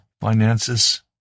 Finances